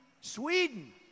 Sweden